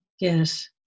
Yes